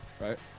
Right